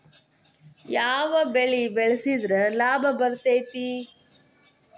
ಯಾವ ಬೆಳಿ ಬೆಳ್ಸಿದ್ರ ಲಾಭ ಬರತೇತಿ?